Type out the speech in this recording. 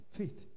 faith